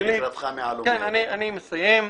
אני מסיים.